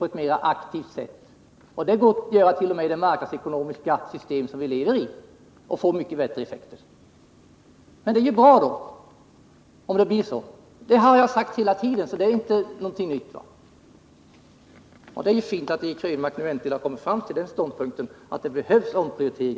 Det går att göra det också i det marknadsekonomiska system som vi lever i. Det är bra om det blir så. Det har jag sagt hela tiden. Det är fint att Eric Krönmark äntligen har kommit fram till ståndpunkten att det behövs en omprioritering.